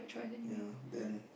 ya then